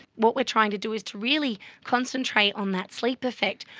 what we're trying to do is to really concentrate on that sleep effect.